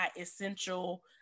essential